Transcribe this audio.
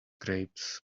grapes